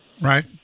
Right